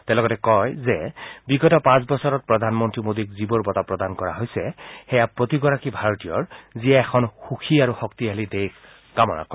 তেওঁ লগতে কয় যে বিগত পাঁচ বছৰত প্ৰধানমন্ত্ৰী মোদীক যিবোৰ বঁটা প্ৰদান কৰা হৈছে সেয়া প্ৰতিগৰাকী ভাৰতীয়ৰ যিয়ে এখন সুখী আৰু শক্তিশালী দেশ কামনা কৰে